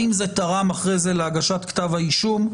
האם זה תרם אחרי זה להגשת כתב האישום?